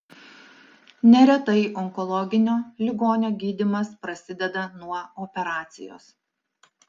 neretai onkologinio ligonio gydymas prasideda nuo operacijos